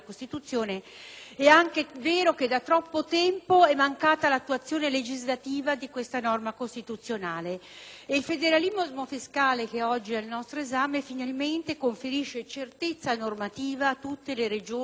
è anche vero che da troppo tempo è mancata l'attuazione legislativa di questa norma costituzionale. Il federalismo fiscale oggi al nostro esame conferisce finalmente certezza normativa a tutte le Regioni del Nord, come a quelle